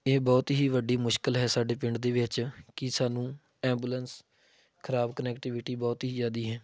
ਇਹ ਬਹੁਤ ਹੀ ਵੱਡੀ ਮੁਸ਼ਕਿਲ ਹੈ ਸਾਡੇ ਪਿੰਡ ਦੇ ਵਿੱਚ ਕੀ ਸਾਨੂੰ ਐਂਬੂਲੈਂਸ ਖ਼ਰਾਬ ਕਨੈਕਟੀਵਿਟੀ ਬਹੁਤ ਹੀ ਜ਼ਿਆਦਾ ਹੈ